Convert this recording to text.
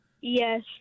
yes